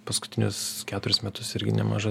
paskutinius keturis metus irgi nemaža